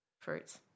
Fruits